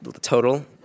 Total